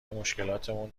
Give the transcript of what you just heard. مشکلاتمون